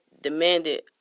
demanded